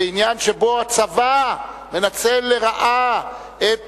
בעניין שבו הצבא מנצל לרעה את